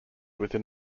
within